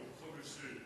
בימי חמישי.